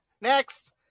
Next